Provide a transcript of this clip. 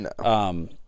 no